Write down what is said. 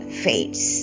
fades